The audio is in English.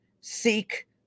seek